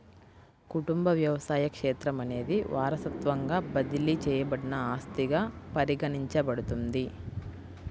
కుటుంబ వ్యవసాయ క్షేత్రం అనేది వారసత్వంగా బదిలీ చేయబడిన ఆస్తిగా పరిగణించబడుతుంది